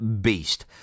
beast